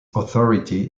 authority